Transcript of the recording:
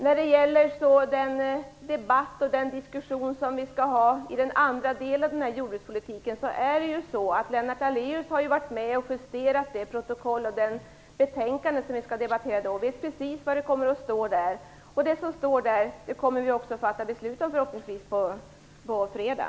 När det gäller den debatt vi skall ha om den andra delen av denna jordbrukspolitik är det så att Lennart Daléus varit med och justerat det betänkande vi skall debattera då. Han vet precis vad det kommer att stå där. Det som står kommer vi förhoppningsvis också att fatta beslut om på fredag.